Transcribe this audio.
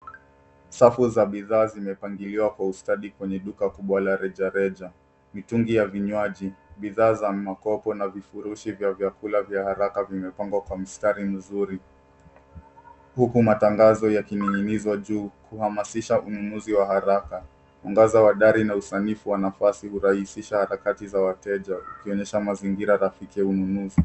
Safu za bidhaa zimepangiliwa kwa ustadhi kwenye duka kubwa la rejareja. Mitungi ya vinywaji, bidhaa za makopo na vifurushi vya vyakula vya haraka vimepangwa kwa mistari mizuri huku matangazo ya kininginizwa juu kuhamasisha ununuzi wa haraka. Mwangaza wa dari na usanifu wa nafasi huraisisha harakati za wateja wakionyesha mazingira rafiki ya ununuzi.